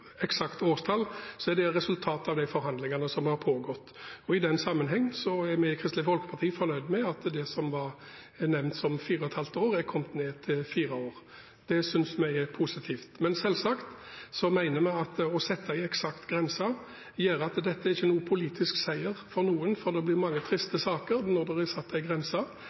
av de forhandlingene som har pågått. I den sammenheng er vi i Kristelig Folkeparti fornøyd med at det som er nevnt som fire og et halvt år, er kommet ned til fire år. Det synes vi er positivt. Men selvsagt mener vi at det å sette en eksakt grense gjør at dette ikke er noen politisk seier for noen, for det blir mange triste saker når det blir satt